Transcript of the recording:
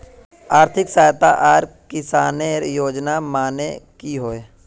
आर्थिक सहायता आर किसानेर योजना माने की होय?